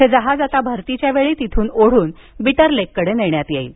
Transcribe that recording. हे जहाज आता भरतीच्या वेळी तिथून ओढून बिटर लेककडे नेण्यात येईल